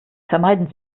vermeiden